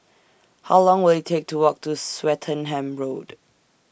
How Long Will IT Take to Walk to Swettenham Road